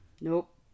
nope